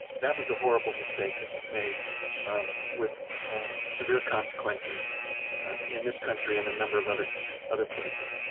that was a horrible mistake that was made with severe consequences in this country and a number of other other places.